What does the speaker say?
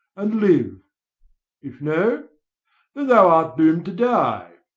and live if no, then thou art doom'd to die.